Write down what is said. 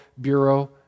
Bureau